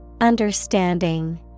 Understanding